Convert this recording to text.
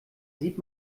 sieht